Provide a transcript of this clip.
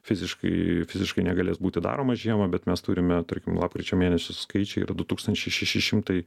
fiziškai fiziškai negalės būti daromas žiemą bet mes turime tarkim lapkričio mėnesio skaičiai yra du tūkstančiai šeši šimtai